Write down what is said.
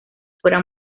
fuera